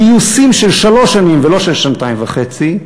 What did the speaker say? גיוסים של שלוש שנים ולא של שנתיים וחצי,